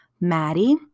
Maddie